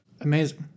Amazing